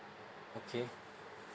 okay